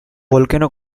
volcano